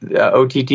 OTT